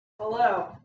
Hello